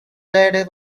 led